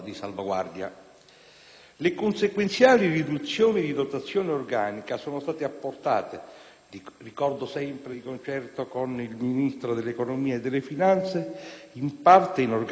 Le consequenziali riduzioni di dotazione organica sono state apportate - di concerto con il Ministro dell'economia e delle finanze - in parte in organico di diritto,